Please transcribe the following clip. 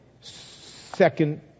second